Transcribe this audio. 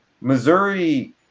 Missouri